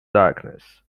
darkness